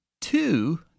two